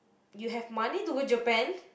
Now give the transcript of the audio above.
you have money to go Japan